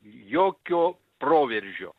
jokio proveržio